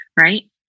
right